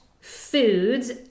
foods